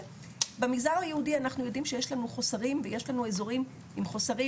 במגזר היהודי אנחנו יודעים שיש לנו חוסרים ויש לנו אזורים עם חוסרים.